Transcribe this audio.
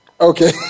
Okay